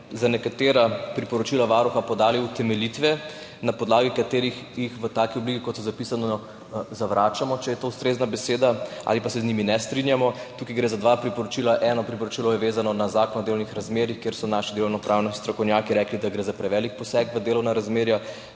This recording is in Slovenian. za nekatera priporočila Varuha podali utemeljitve, na podlagi katerih jih v taki obliki, kot so zapisana, zavračamo, če je to ustrezna beseda, ali pa se z njimi ne strinjamo. Tu gre za dve priporočili. Eno priporočilo je vezano na Zakon o delovnih razmerjih, kjer so naši delovnopravni strokovnjaki rekli, da gre za prevelik poseg v delovna razmerja.